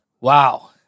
wow